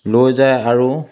লৈ যায় আৰু